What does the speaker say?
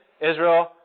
Israel